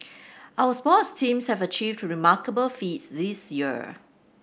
our sports teams have achieved to remarkable feats this year